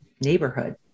neighborhood